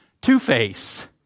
Two-Face